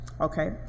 Okay